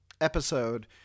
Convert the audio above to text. episode